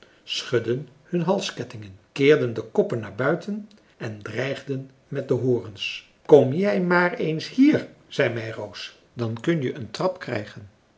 schudden hun halskettingen keerden de koppen naar buiten en dreigden met de horens kom jij maar eens hier zei meiroos dan kun je een trap krijgen